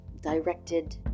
directed